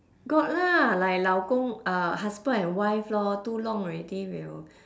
got lah like 老公 uh husband and wife lor too long already will